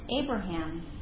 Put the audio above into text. Abraham